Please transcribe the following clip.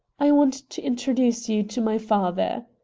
i want to introduce you to my father!